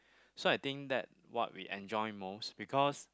so I think that what we enjoy most because